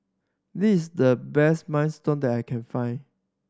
this the best Minestrone that I can find